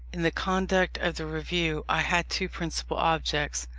in the conduct of the review i had two principal objects.